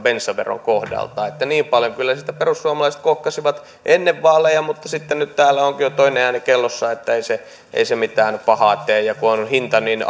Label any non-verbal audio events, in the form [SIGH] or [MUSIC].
bensaveron kohdalta että niin paljon kyllä siitä perussuomalaiset kohkasivat ennen vaaleja mutta sitten nyt täällä onkin jo toinen ääni kellossa että ei se ei se mitään pahaa tee ja kun on hinta niin [UNINTELLIGIBLE]